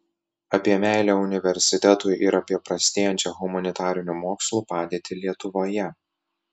apie meilę universitetui ir apie prastėjančią humanitarinių mokslų padėtį lietuvoje